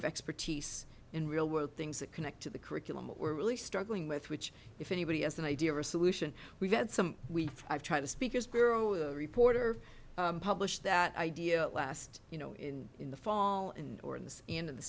have expertise in real world things that connect to the curriculum what we're really struggling with which if anybody has an idea or a solution we've had some we've tried the speakers bureau reporter published that idea at last you know in in the fall and or in the end of the